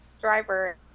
driver